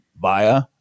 via